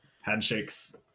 Handshakes